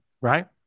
right